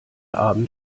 abend